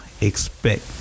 expect